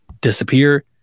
disappear